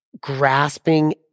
grasping